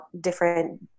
different